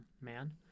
man